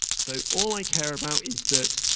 so all i care about is that,